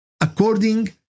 according